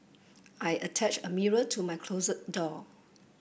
I attached a mirror to my closet door